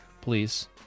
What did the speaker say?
please